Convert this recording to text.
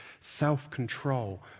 self-control